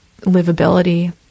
livability